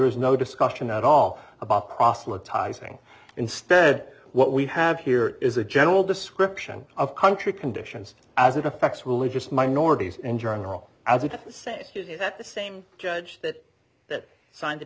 is no discussion at all about proselytizing instead what we have here is a general description of country conditions as it affects religious minorities in journal as you say is that the same judge that that sign to